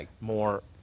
more